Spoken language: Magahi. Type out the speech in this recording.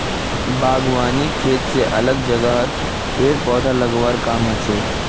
बागवानी खेत स अलग जगहत पेड़ पौधा लगव्वार काम हछेक